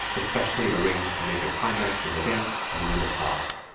especially arranged to make a climax in the dance and win applause.